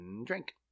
drink